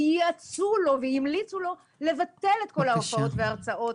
שייעצו לו והמליצו לו לבטל את כל ההרצאות וההופעות.